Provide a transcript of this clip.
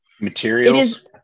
Materials